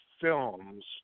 films